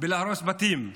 להרוס בתים,